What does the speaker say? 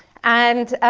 and